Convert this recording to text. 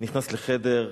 נכנס לחדר,